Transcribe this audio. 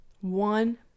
One